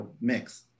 mix